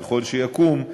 ככל שיקום,